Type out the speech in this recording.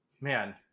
man